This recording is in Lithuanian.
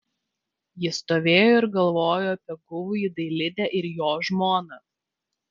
ji stovėjo ir galvojo apie guvųjį dailidę ir jo žmoną